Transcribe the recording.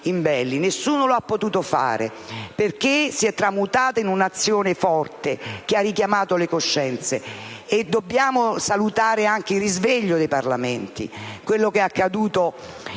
Nessuno ha potuto farlo, perché si è tramutata in un'azione forte che ha richiamato le coscienze. Dobbiamo salutare anche il risveglio dei Parlamenti. Mi riferisco a quanto è accaduto in Gran